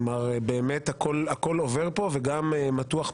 כלומר, באמת הכול עובר פה וגם מתוח פה.